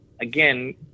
again